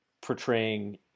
portraying